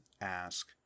ask